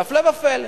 והפלא ופלא,